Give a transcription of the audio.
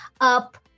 up